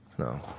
No